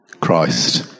christ